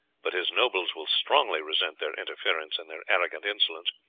but his nobles will strongly resent their interference and their arrogant insolence,